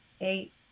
eight